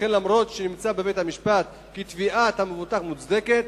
שכן למרות שנמצא בבית-המשפט כי תביעת המבוטח מוצדקת,